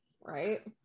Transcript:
right